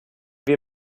wir